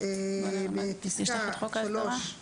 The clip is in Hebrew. שבו בפסקה (3),